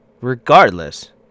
regardless